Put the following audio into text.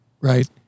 right